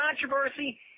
controversy